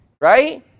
Right